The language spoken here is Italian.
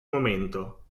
momento